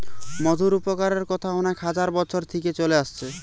মধুর উপকারের কথা অনেক হাজার বছর থিকে চলে আসছে